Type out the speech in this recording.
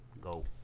Go